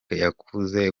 yavuze